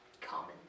common